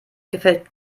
gefällt